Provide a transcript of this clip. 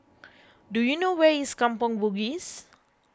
do you know where is Kampong Bugis